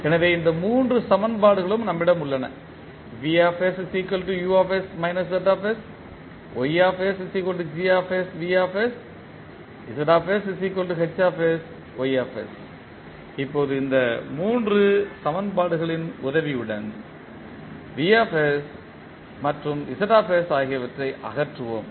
எனவே இந்த மூன்று சமன்பாடுகளும் நம்மிடம் உள்ளன இப்போது இந்த மூன்று சமன்பாடுகளின் உதவியுடன் V மற்றும் Z ஆகியவற்றை அகற்றுவோம்